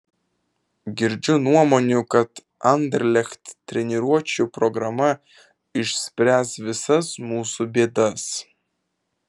girdžiu nuomonių kad anderlecht treniruočių programa išspręs visas mūsų bėdas